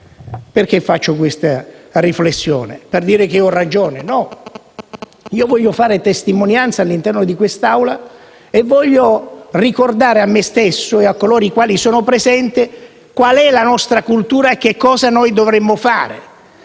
Perché faccio questa riflessione? Per dire che ho ragione? No, io voglio fare una testimonianza all'interno di quest'Aula e ricordare a me stesso e ai presenti qual è la nostra cultura e che cosa dovremmo fare;